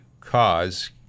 cause